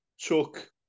took